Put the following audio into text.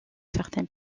certains